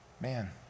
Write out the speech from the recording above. man